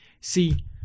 See